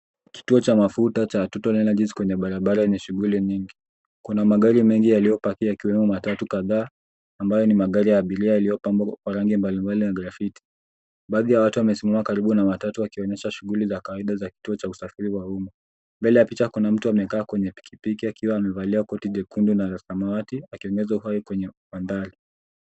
Kituo cha mafuta cha total energies kwenye barabara yenye shughuli nyingi. Kuna magari mengi yaliyopaki yakiwemo matatu kadhaa, ambayo ni magari ya abiria yaliyopambwa kwa rangi mbalimbali na graffiti. Baadhi ya watu wamesimama karibu na matatu wakionyesha shughuli za kawaida za kituo cha usafiri wa umma. Mbele ya picha kuna mtu amekaa kwenye pikipiki akiwa amevalia koti jekundu na la samawati akionyesha uhai kwenye mandhari.